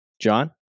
john